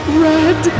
red